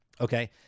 Okay